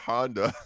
Honda